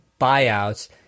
buyouts